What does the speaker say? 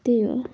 त्यही हो